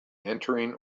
entering